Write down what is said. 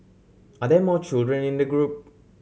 are there more children in the group